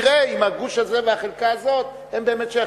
תראה אם הגוש הזה והחלקה הזאת הם באמת שייכים.